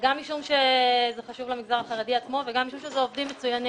גם משום שזה חשוב למגזר החרדי עצמו וגם משום שאלה עובדים מצוינים.